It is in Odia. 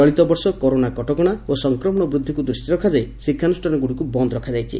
ଚଳିତ ବର୍ଷ କରୋନା କଟକଶା ଓ ସଂକ୍ରମଣ ବୃଦ୍ଧିକୁ ଦୃଷ୍ଟିରେ ରଖାଯାଇ ଶିକ୍ଷାନୁଷ୍ଠାନଗୁଡ଼ିକୁ ବନ୍ଦ ରଖାଯାଇଛି